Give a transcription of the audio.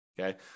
Okay